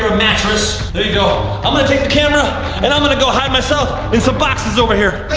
ah mattress. there you go. i'm gonna take the camera and i'm gonna go hide myself in some boxes over here.